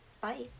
Bye